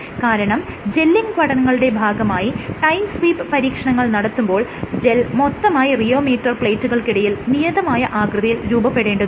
കാരണം ജെല്ലിങ് പഠനങ്ങളുടെ ഭാഗമായി ടൈം സ്വീപ്പ് പരീക്ഷണങ്ങൾ നടത്തുമ്പോൾ ജെൽ മൊത്തമായി റിയോമീറ്റർ പ്ലേറ്റുകൾക്കിടയിൽ നിയതമായ ആകൃതിയിൽ രൂപപ്പെടേണ്ടതുണ്ട്